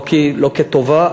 לא כטובה.